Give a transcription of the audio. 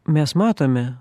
mes matome